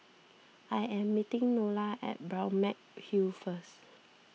I am meeting Nola at Balmeg Hill first